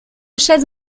chaises